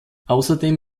außerdem